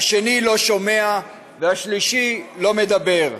השני לא שומע והשלישי לא מדבר.